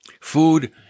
Food